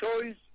choice